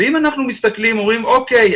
ואם אנחנו מסתכלים, אומרים, אוקיי.